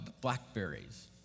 blackberries